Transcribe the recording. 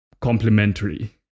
complementary